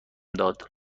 داد